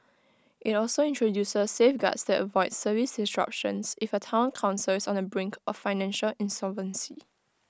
IT also introduces safeguards that avoid service disruptions if A Town Council is on the brink of financial insolvency